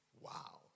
Wow